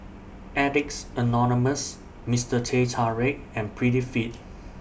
Addicts Anonymous Mister Teh Tarik and Prettyfit